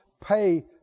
pay